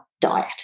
diet